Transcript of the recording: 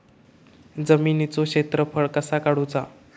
जमिनीचो क्षेत्रफळ कसा काढुचा?